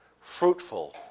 Fruitful